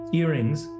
earrings